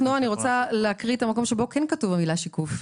נועה אני רוצה להקריא את המקום שבו כן כתוב המילה "שיקוף"